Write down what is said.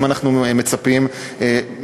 האם אנחנו מצפים לכך,